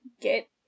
get